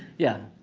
yeah,